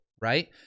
right